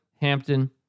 Hampton